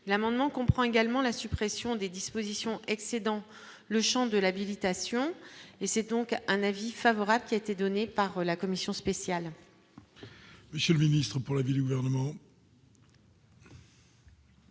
amendement comprend également la suppression des dispositions excédent le Champ de l'habilitation et c'est donc un avis favorable qui a été donné par la commission spéciale.